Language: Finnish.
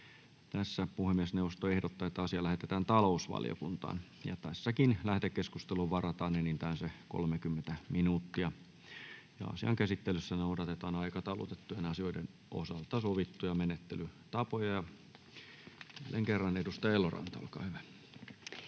asia. Puhemiesneuvosto ehdottaa, että asia lähetetään talousvaliokuntaan. Tässäkin lähetekeskusteluun varataan enintään 30 minuuttia. Asian käsittelyssä noudatetaan aikataulutettujen asioiden osalta sovittuja menettelytapoja. — Ja jälleen kerran edustaja Eloranta, olkaa hyvä.